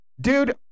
dude